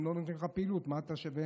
אם לא נותנים לך פעילות, מה אתה שווה?